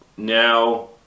now